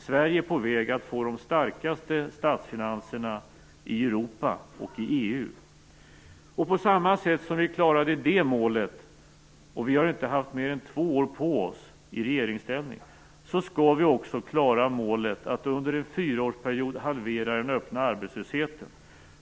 Sverige är på väg att få de starkaste statsfinanserna i Europa och i EU. På samma sätt som vi klarade det målet - vi har inte haft mer än två år på oss i regeringsställning - skall vi också klara målet att under en fyraårsperiod halvera den öppna arbetslösheten.